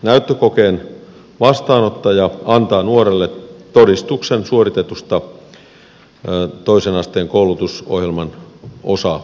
näyttökokeen vastaanottaja antaa nuorelle todistuksen suoritetusta toisen asteen koulutusohjelman osasuorituksesta